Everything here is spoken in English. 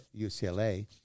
UCLA